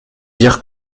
dire